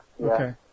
Okay